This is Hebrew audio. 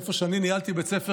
במקום שבו אני ניהלתי בית ספר,